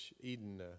Eden